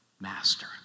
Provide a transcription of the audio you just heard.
master